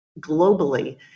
globally